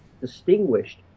distinguished